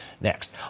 Next